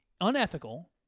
unethical